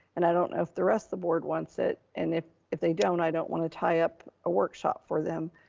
and i don't know if the rest of the board wants it. and if if they don't, i don't want to tie up a workshop for them,